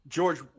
George